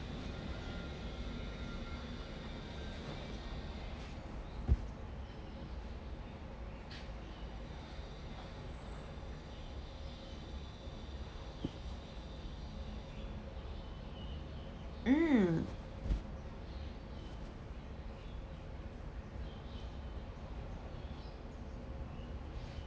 mm